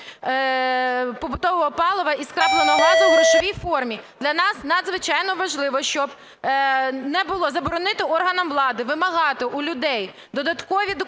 побутового палива і скрапленого газу в грошовій формі. Для нас надзвичайно важливо, щоб не було… заборонити органам влади вимагати у людей додаткові документи,